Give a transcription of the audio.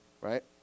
Right